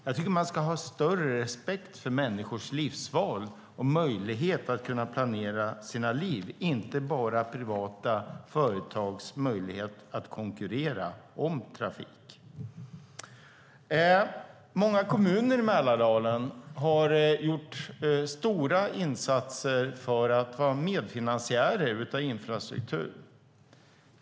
Jag tycker att man ska ha större respekt för människors livsval och möjlighet att kunna planera sina liv, inte bara ha respekt för privata företags möjlighet att konkurrera om trafik. Många kommuner i Mälardalen har gjort stora insatser för att medfinansiera infrastruktur.